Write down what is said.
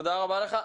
תודה רבה לך.